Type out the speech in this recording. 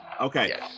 okay